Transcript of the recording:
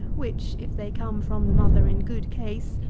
which, if they come from the mother in good case,